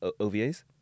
OVAs